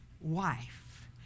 wife